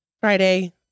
Friday